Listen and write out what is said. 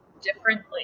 differently